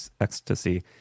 ecstasy